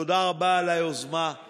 תודה רבה על היוזמה,